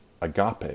agape